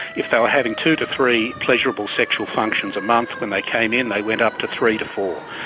if they were having two to three pleasurable sexual functions a months when they came in, they went up to three to four,